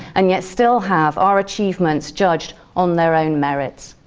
and yet still have our achievements judged on their own merit.